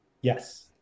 yes